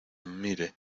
mire